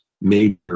major